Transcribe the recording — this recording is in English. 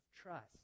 trust